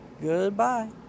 Goodbye